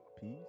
peace